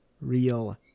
real